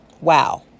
Wow